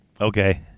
okay